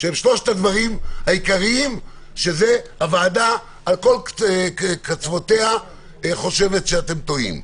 שהם שלושת הדברים העיקריים שהוועדה מכל הקצוות חושבת שאתם טועים: